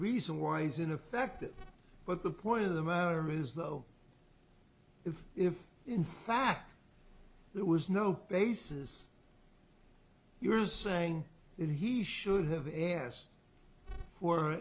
reason why he's in effect but the point of the matter is though if if in fact there was no basis you're saying that he should have asked for